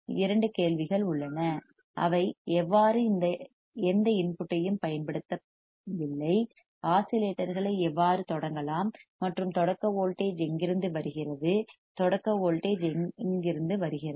இரண்டு கேள்விகள் உள்ளன அவை எவ்வாறு எந்த இன்புட்டையும் பயன்படுத்தவில்லை ஆஸிலேட்டர்கள் எவ்வாறு தொடங்கலாம் மற்றும் தொடக்க வோல்டேஜ் எங்கிருந்து வருகிறது தொடக்க வோல்டேஜ் எங்கிருந்து வருகிறது